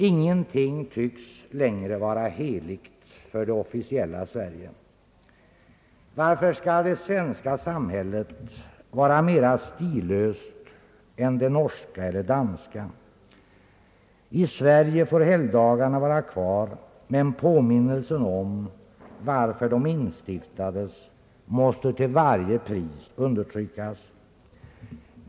Ingenting tycks längre vara heligt för det officiella Sverige. Varför skall det svenska samhället vara mera stillöst än det norska eller danska? I Sverige får helgdagana vara kvar, men påminnelsen om varför de instiftades måste till varje pris underiryckas.